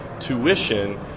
tuition